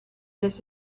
this